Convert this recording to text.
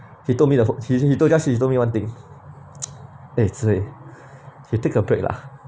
he told me the h~ he told just told me one thing lah eh zi hei you take a break lah